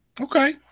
Okay